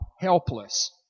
helpless